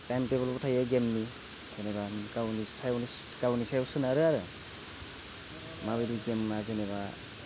time टेबोलबो थायो गेमनि जेनेबा गावनि सायावनो गावनि सायावनो सोनारो आरो माबायदि गेमा जेनेबा